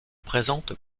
présente